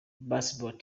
baseball